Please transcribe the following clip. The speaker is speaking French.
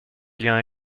liens